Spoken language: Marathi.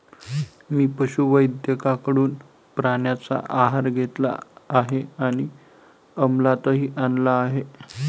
मी पशुवैद्यकाकडून प्राण्यांचा आहार घेतला आहे आणि अमलातही आणला आहे